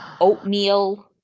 oatmeal